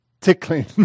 tickling